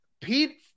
Pete